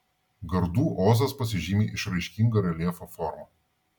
gardų ozas pasižymi išraiškinga reljefo forma